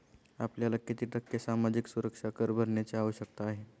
आपल्याला किती टक्के सामाजिक सुरक्षा कर भरण्याची आवश्यकता आहे?